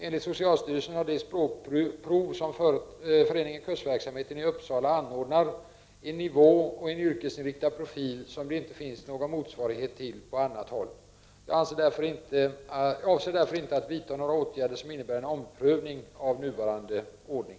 Enligt socialstyrelsen har de språkprov som föreningen Kursverksamheten i Uppsala anordnar en nivå och en yrkesinriktad profil som det inte finns någon motsvarighet till på annat håll. Jag avser därför inte att vidta några åtgärder, som innebär en omprövning av nuvarande ordning.